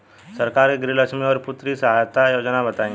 सरकार के गृहलक्ष्मी और पुत्री यहायता योजना बताईं?